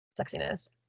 sexiness